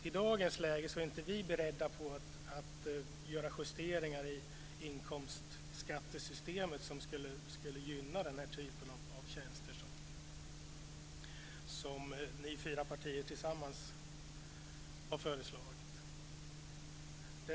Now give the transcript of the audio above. I dagens läge är vi inte beredda att göra justeringar i inkomstskattesystemet som skulle gynna den typen av tjänster som ni fyra partier tillsammans har föreslagit.